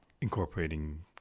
incorporating